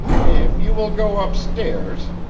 if you will go upstairs,